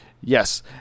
Yes